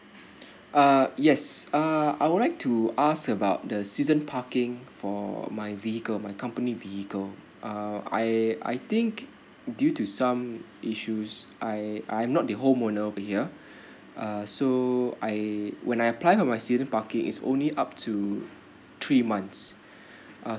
uh yes uh I would like to ask about the season parking for my vehicle my company vehicle uh I I think due to some issues I I'm not the home owner over here uh so I when I apply for my season parking is only up to three months uh